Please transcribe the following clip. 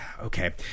Okay